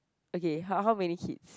okay how how many kids